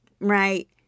Right